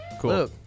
Cool